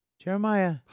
Jeremiah